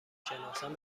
شناسم